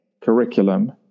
curriculum